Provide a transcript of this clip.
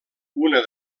una